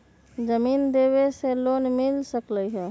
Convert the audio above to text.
जमीन देवे से लोन मिल सकलइ ह?